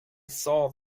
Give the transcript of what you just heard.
saw